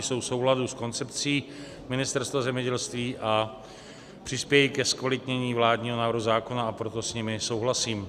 Jsou v souladu s koncepcí Ministerstva zemědělství a přispějí ke zkvalitnění vládního návrhu zákona, a proto s nimi souhlasím.